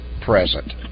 present